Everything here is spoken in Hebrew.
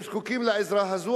הם זקוקים לעזרה הזאת,